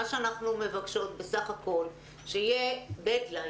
מה שאנחנו מבקשות בסך-הכול זה שיהיה דד-ליין,